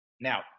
Now